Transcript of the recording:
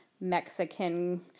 Mexican